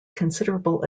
considerable